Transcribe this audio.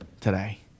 today